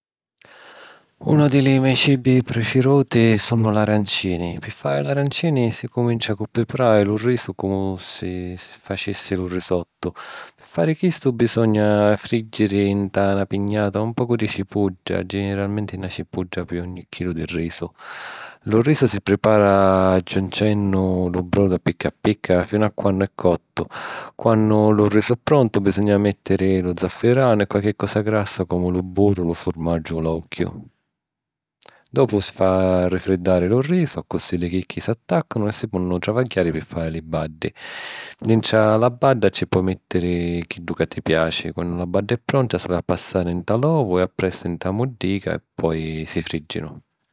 Unu di li me' cibi prifiruti sunnu l’arancini. Pi fari l’arancini, si cumincia cu priparari lu risu comu si facissi lu risottu. Pi fari chistu, bisogna frìjiri nta na pignata un pocu di cipudda – generalmenti na cipudda pi ogni chilu di risu. Lu risu si pripara agghiuncennu lu brodu a picca a picca, finu a quannu è cottu. Quannu lu risu è prontu, bisogna mèttiri lu zafaranu e qualchi cosa grassa, comu lu burru, lu furmaggiu, o l’ogghiu. Dopu, si fa rifriddari lu risu, accussì li chicchi s’attàccanu e si ponnu travaghiari pi fari li baddi. Dintra la badda ci po' mèttiri chiddu ca ti piaci. Quannu la badda è pronta, s’havi a passari nta l'ovu e appressu nta la muddica, e poi si frìjinu.